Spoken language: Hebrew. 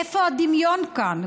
איפה הדמיון כאן?